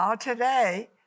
today